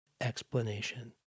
explanation